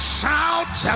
Shout